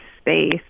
space